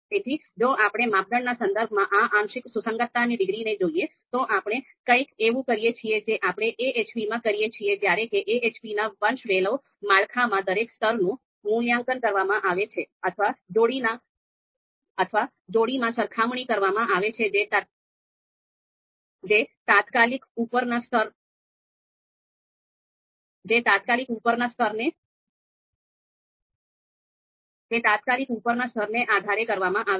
તેથી જો આપણે માપદંડના સંદર્ભમાં આ આંશિક સુસંગતતાની ડિગ્રીને જોઈએ તો આપણે કંઈક એવું કરીએ છીએ જે આપણે AHP માં કરીએ છીએ જ્યારે કે AHP ના વંશવેલો માળખામાં દરેક સ્તરનું મૂલ્યાંકન કરવામાં આવે છે અથવા જોડીમાં સરખામણી કરવામાં આવે છે જે તાત્કાલિક ઉપરના સ્તરને આધારે કરવામાં આવે છે